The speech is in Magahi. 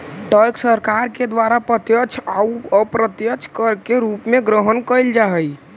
टैक्स सरकार के द्वारा प्रत्यक्ष अउ अप्रत्यक्ष कर के रूप में ग्रहण कैल जा हई